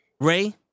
Ray